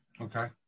Okay